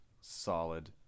solid